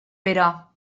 però